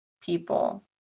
people